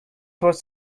was